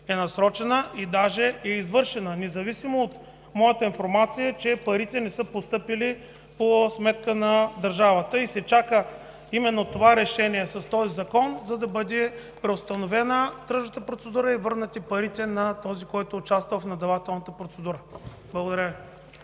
е насрочена и даже е извършена, независимо от моята информация, че парите не са постъпили по сметка на държавата и се чака именно това решение с този закон, за да бъде преустановена тръжната процедура и върнати парите на този, който е участвал в наддавателната процедура. Благодаря Ви.